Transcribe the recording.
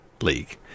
league